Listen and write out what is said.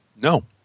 No